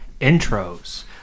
intros